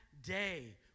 day